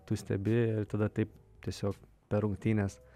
tu stebi ir tada taip tiesiog per rungtynes